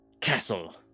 castle